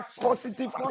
Positive